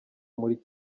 muri